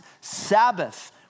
Sabbath